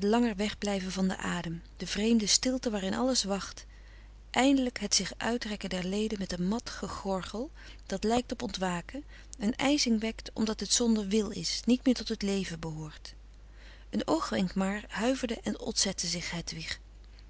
langer wegblijven van den adem de vreemde stilte waarin alles wacht eindelijk het zich uitrekken der leden met een mat gegorgel dat lijkt op ontwaken en ijzing wekt omdat het zonder wil is niet meer tot het leven behoort een oogwenk maar huiverde en ontzette zich hedwig